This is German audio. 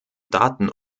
daten